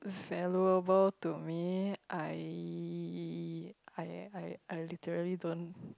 valuable to me I I I I literally don't